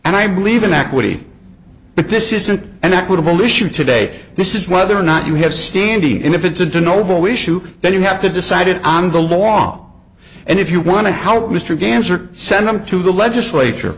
and i believe in equity but this isn't an equitable issue today this is whether or not you have standing if it's a to noble issue then you have to decide it on the long and if you want to help mr ganns or send them to the legislature